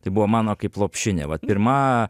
tai buvo mano kaip lopšinė vat pirma